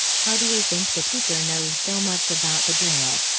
how do you think the teacher knows so much about the grail?